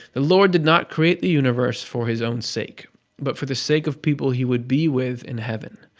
the lord did not create the universe for his own sake but for the sake of people he would be with in heaven.